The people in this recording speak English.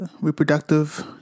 reproductive